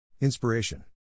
Inspiration